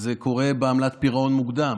וזה קורה גם בעמלת פירעון מוקדם.